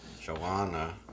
Joanna